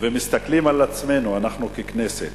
ומסתכלים על עצמנו, אנחנו ככנסת,